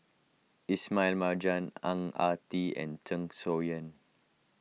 Ismail Marjan Ang Ah Tee and Zeng Shouyin